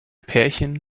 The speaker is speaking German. pärchen